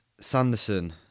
Sanderson